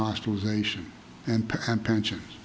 hospitalization and pensions